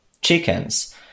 chickens